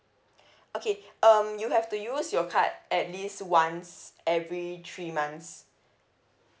okay um you have to use your card at least once every three months